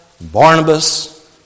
Barnabas